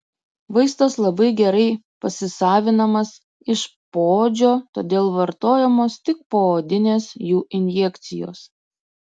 vaistas labai gerai pasisavinamas iš poodžio todėl vartojamos tik poodinės jų injekcijos